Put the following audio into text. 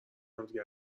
همدیگه